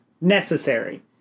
Necessary